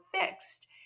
fixed